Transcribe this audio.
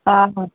हा हा